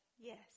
yes